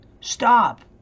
stop